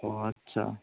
ও আচ্ছা